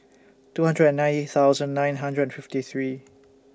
two hundred and ninety thousand nine hundred and fifty three